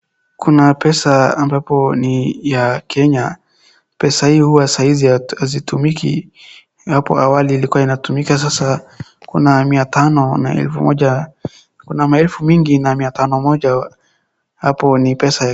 Kuna pesa ambapo ni ya Kenya. Pesa hii hua sahizi hazitumiki, hapo awali ilikuwa inatumika sasa kuna mia tano na elfu moja. Kuna maelfu mingi na miatano moja, hapo ni pesa.